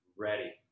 Ready